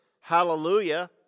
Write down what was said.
hallelujah